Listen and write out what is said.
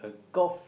golf